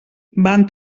van